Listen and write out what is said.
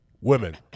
women